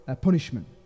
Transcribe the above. punishment